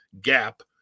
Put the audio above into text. gap